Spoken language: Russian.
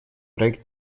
проект